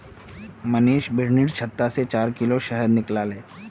मनीष बिर्निर छत्ता से चार किलो शहद निकलाले